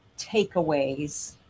takeaways